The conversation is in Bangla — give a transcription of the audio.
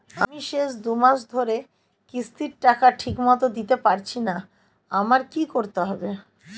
আমি শেষ দুমাস ধরে কিস্তির টাকা ঠিকমতো দিতে পারছিনা আমার কি করতে হবে?